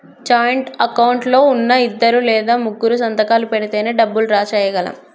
joint account లో ఉన్నా ఇద్దరు లేదా ముగ్గురూ సంతకాలు పెడితేనే డబ్బులు డ్రా చేయగలం